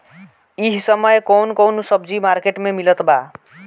इह समय कउन कउन सब्जी मर्केट में मिलत बा?